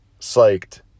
psyched